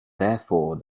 therefore